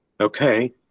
Okay